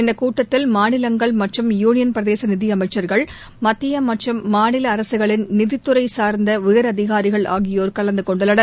இந்த கூட்டத்தில் மாநிலங்கள் மற்றும் யூனியன்பிரதேச நிதியமைச்சர்கள் மத்திய மற்றும் மாநில அரசுகளின் நிதித்துறை சார்ந்த உயரதிகாரிகள் ஆகியோர் கலந்து கொண்டுள்ளனர்